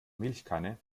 milchkanne